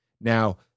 Now